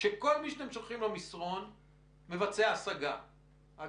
שמתבצעות 25